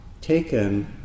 taken